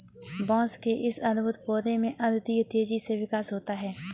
बांस के इस अद्भुत पौधे में अद्वितीय तेजी से विकास होता है